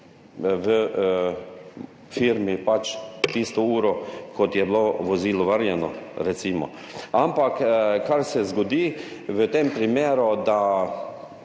v firmi, pač tisto uro, ko je bilo vozilo vrnjeno. Ampak kaj se zgodi v tem primeru?